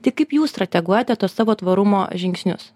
tai kaip jūs strateguojate tuos savo tvarumo žingsnius